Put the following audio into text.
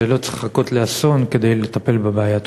ולא צריך לחכות לאסון כדי לטפל בבעיה.